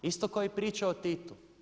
Isto kao i priča o Titu.